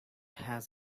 has